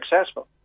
successful